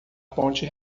ponte